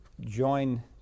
Join